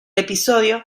episodio